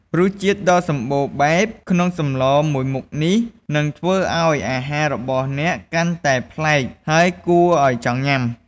រសជាតិដ៏សម្បូរបែបក្នុងសម្លមួយមុខនេះនឹងធ្វើឱ្យអាហាររបស់អ្នកកាន់តែប្លែក ហើយគួរឱ្យចង់ញ៉ាំ។